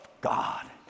God